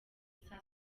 saa